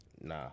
Nah